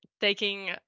taking